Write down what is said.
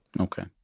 Okay